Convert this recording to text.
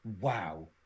Wow